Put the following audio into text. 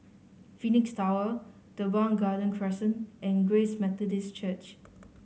Phoenix Tower Teban Garden Crescent and Grace Methodist Church